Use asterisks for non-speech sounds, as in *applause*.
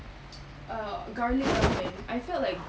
*noise* uh garlic ramen I felt like